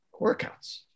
workouts